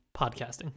podcasting